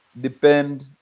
depend